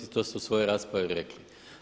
To ste u svojoj raspravi rekli.